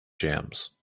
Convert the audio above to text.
jams